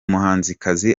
muhanzikazi